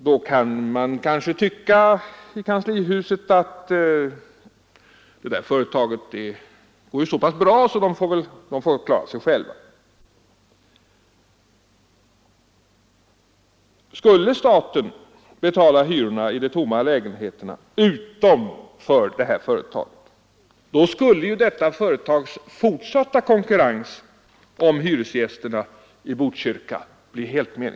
Då kan man kanske tycka i kanslihuset att det där företaget går ju så pass bra att det får klara sig självt. Men skulle staten betala hyrorna för de tomma lägenheterna utom för det här företagets tomma lägenheter skulle dess fortsatta konkurrens om hyresgästerna i Botkyrka bli snedvriden.